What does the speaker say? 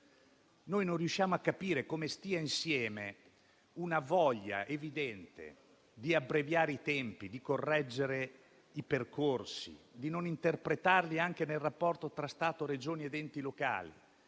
Non riusciamo a capire come stia insieme una voglia evidente di abbreviare i tempi, di correggere i percorsi, di non interpretarli anche nel rapporto tra Stato, Regioni ed enti locali,